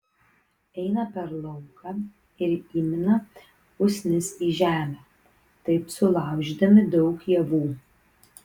eina per lauką ir įmina usnis į žemę taip sulaužydami daug javų